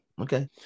Okay